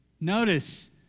Notice